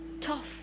tough